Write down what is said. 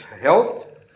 health